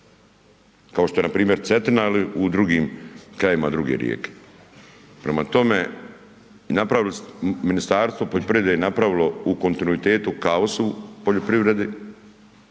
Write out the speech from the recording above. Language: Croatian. kao što je npr. Cetina il u drugim krajevima druge rijeke. Prema tome, napravili, Ministarstvo poljoprivrede je napravio u kontinuitetu kaos u poljoprivredi,